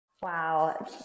Wow